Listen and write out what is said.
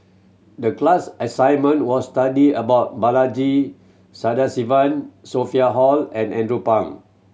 the class assignment was study about Balaji Sadasivan Sophia Hull and Andrew Phang